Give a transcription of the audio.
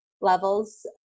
levels